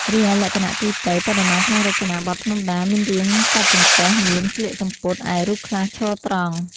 រីឯលក្ខណៈទូទៅ បដិមាក្នុងរចនាបថភ្នំដាមានរាង កាច់ចង្កេះ មាន ស្លៀកសំពត់ ឯរូបខ្លះឈរត្រង់។